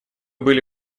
были